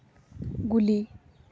ᱜᱩᱞᱤ